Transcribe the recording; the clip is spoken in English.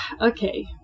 okay